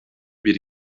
bir